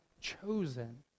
chosen